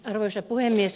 arvoisa puhemies